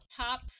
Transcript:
top